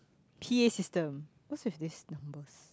P_A system what's with this numbers